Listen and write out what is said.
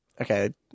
okay